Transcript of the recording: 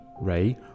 Ray